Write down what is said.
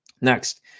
Next